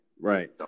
right